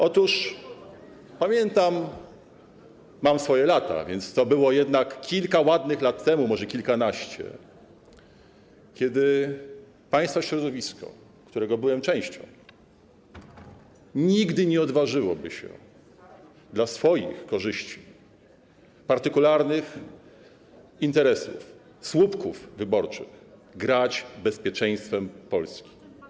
Otóż pamiętam, mam swoje lata, a więc to było jednak kilka ładnych lat temu, może kilkanaście, kiedy państwa środowisko, którego byłem częścią, nigdy nie odważyłoby się dla swoich korzyści, partykularnych interesów, słupków wyborczych grać bezpieczeństwem Polski.